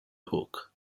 hook